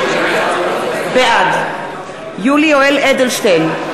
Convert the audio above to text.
בעד יולי יואל אדלשטיין,